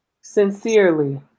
Sincerely